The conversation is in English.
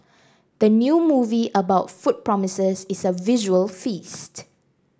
the new movie about food promises is a visual feast